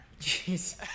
Jeez